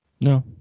No